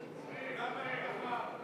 שתקבע ועדת הכנסת נתקבלה.